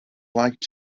liked